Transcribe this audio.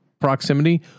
proximity